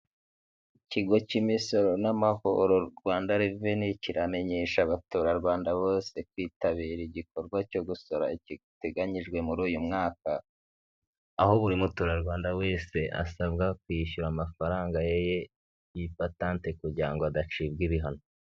Ikigo cy'imisoro n'amahoro Rwanda reveni kiramenyesha abaturarwanda bose kwitabira igikorwa cyo gusora giteganyijwe muri uyu mwaka, aho buri muturarwanda wese asabwa kwishyura amafaranga ye y'ipatante kugira ngo adacibwa ibihano.